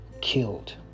killed